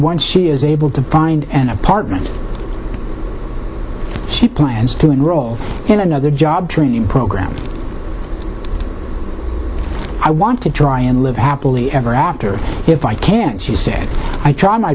once she is able to find an apartment she plans to enroll in another job training program i want to try and live happily ever after if i can't you say i try my